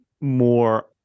more